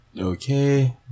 Okay